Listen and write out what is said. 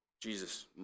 Jesus